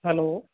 hello